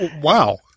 Wow